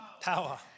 Power